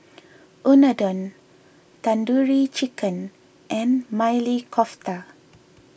Unadon Tandoori Chicken and Maili Kofta